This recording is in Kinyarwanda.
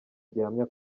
gihamya